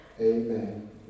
Amen